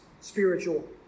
spiritual